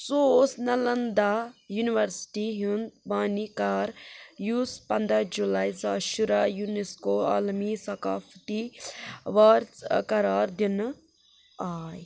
سُہ اوس نالنٛداہ یوٗنِیورسٹی ہُنٛد بٲنی کار یُس پَنٛداہ جولائی زٕ ساس شُراہ یونیسکو المی ثقافتی ورث قرار دِنہٕ آے